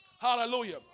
Hallelujah